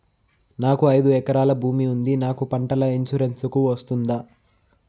నాకు ఐదు ఎకరాల భూమి ఉంది నాకు పంటల ఇన్సూరెన్సుకు వస్తుందా?